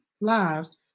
lives